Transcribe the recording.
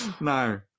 No